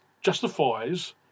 justifies